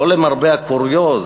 לא למרבה הקוריוז,